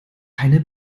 keine